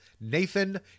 Nathan